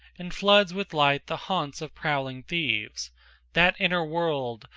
and floods with light the haunts of prowling thieves that inner world,